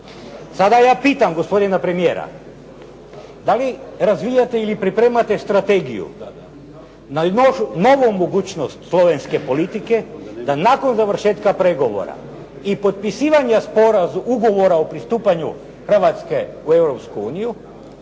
Sada ja pitam gospodina premijera da li razvijate ili pripremate strategiju na novu mogućnost slovenske politike da nakon završetka pregovora i potpisivanja ugovora o pristupanju Hrvatske u